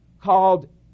called